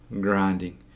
grinding